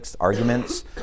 arguments